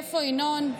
איפה ינון?